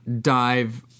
dive